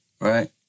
right